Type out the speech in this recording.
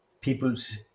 people's